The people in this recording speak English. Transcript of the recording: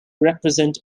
represent